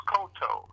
Koto